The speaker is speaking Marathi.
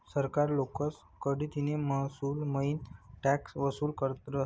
सरकार लोकेस कडतीन महसूलमईन टॅक्स वसूल करस